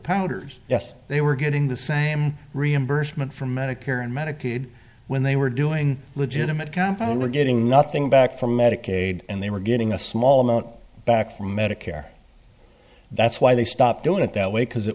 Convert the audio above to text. powders yes they were getting the same reimbursement from medicare and medicaid when they were doing legitimate compound were getting nothing back from medicaid and they were getting a small amount back from medicare that's why they stopped doing it that way because it